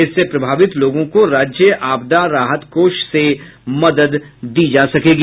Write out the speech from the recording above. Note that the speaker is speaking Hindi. इससे प्रभावित लोगों को राज्य आपदा राहत कोष से मदद दी जा सकेगी